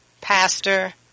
pastor